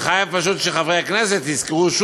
אני חייב שחברי הכנסת יזכרו,